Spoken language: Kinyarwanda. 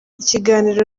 ikiganiro